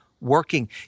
working